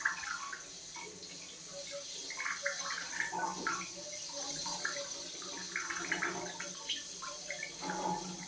ಹೆಚ್ಚಿನ ಪ್ರಮಾಣದಾಗ ರಾಸಾಯನಿಕ ಗೊಬ್ಬರನ ಬಹಳ ದಿನ ಬಳಸೋದರಿಂದ ಮಣ್ಣೂ ಹಾಳ್ ಆಗ್ತದ ಮತ್ತ ಪರಿಸರನು ಹಾಳ್ ಆಗ್ತೇತಿ